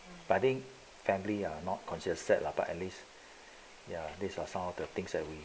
but I think family are not considered sad lah but at least ya these are some of the things that we